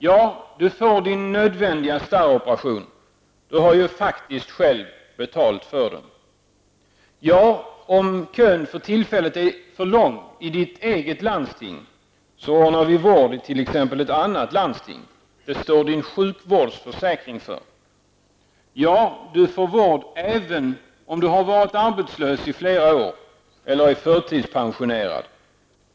Ja, du kan få din nödvändiga starroperation. Du har ju faktiskt själv betalat för den. -- Ja, om kön för tillfället är för lång i ditt eget landsting ordnar vi vård i t.ex. ett annat landsting. Det står din sjukvårdsförsäkring för. -- Ja, du får vård även om du har varit arbetslös i flera år eller är förtidspensionerad.